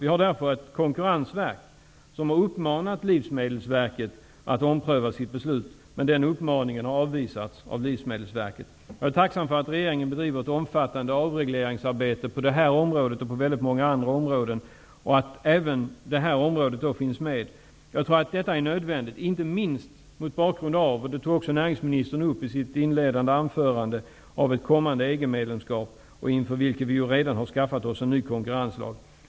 Vi har därför inrättat Konkurrensverket, som har uppmanat Livsmedelsverket att ompröva sitt beslut, men den uppmaningen har avvisats av Livsmedelsverket. Jag är tacksam för att regeringen bedriver ett omfattande avregleringsarbete på många olika områden och för att även detta område finns med i det arbetet. Det är nödvändigt inte minst, som näringsministern tog upp i sitt inledande anförande, mot bakgrund av ett kommande EG medlemskap, inför vilket vi redan har skaffat oss en ny konkurrenslag.